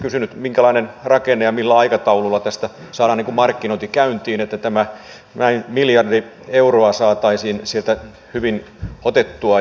minkälaisella rakenteella ja millä aikataululla tästä saadaan markkinointi käyntiin että tämä miljardi euroa saataisiin sieltä hyvin otettua